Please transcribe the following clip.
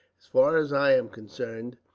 as far as i am concerned,